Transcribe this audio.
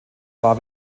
war